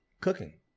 cooking